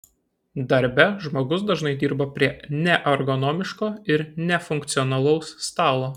darbe žmogus dažnai dirba prie neergonomiško ir nefunkcionalaus stalo